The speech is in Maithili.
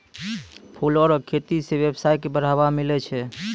फूलो रो खेती से वेवसाय के बढ़ाबा मिलै छै